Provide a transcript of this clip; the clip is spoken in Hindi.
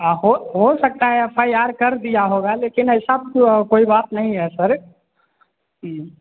हाँ हो हो सकता है एफ आई आर कर दिया होगा लेकिन ऐसा कोई बात नहीं है सर जी